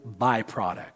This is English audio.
byproduct